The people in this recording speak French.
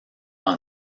dans